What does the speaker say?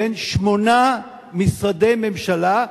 בין שמונה משרדי ממשלה,